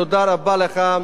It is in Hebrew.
תודה רבה לך.